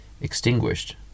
extinguished